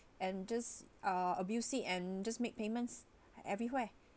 and just uh abuse it and just make payments everywhere